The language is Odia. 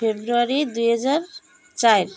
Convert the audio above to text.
ଫେବୃଆରୀ ଦୁଇହଜାର ଚାରି